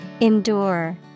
Endure